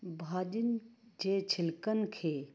भाॼियुनि जे छिलकनि खे